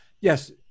Yes